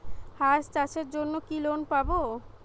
হাঁস চাষের জন্য কি লোন পাব?